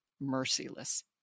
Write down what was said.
merciless